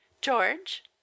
George